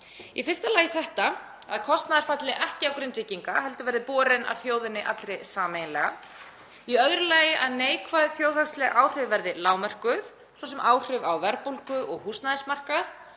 Í fyrsta lagi að kostnaður falli ekki á Grindvíkinga heldur verði borinn af þjóðinni allri sameiginlega. Í öðru lagi að neikvæð þjóðhagsleg áhrif verði lágmörkuð, svo sem áhrif á verðbólgu og húsnæðismarkað,